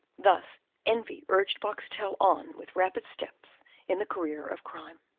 thus envy urged boxtel on with rapid steps in the career of crime.